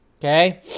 Okay